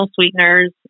sweeteners